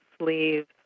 sleeves